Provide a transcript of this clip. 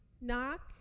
knock